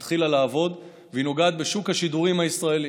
היא התחילה לעבוד והיא נוגעת בשוק השידורים הישראלי